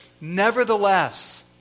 nevertheless